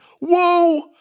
Whoa